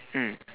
mm